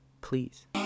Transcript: Please